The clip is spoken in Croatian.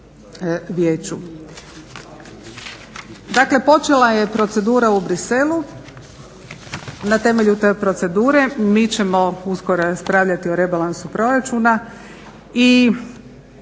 Dakle počela je procedura u Bruxellesu, na temelju te procedure mi ćemo uskoro raspravljati o rebalansu proračuna